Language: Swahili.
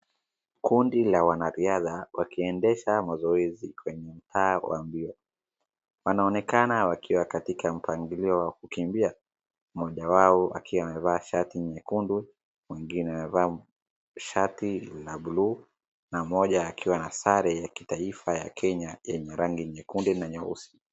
Kundi la wanariadha wakiendesha mazoezi kwenye mtaa wa mbio wanaonekana wakiwa katika mpangilio wa kukimbia mmoja wao akiwa amevaa shati nyekundu, mwingine amevaa shati ya blue na mmoja akiwa na sare ya kitaifa kenye rangi nyekundu na nyeusi